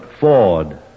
Ford